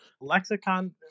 Lexicon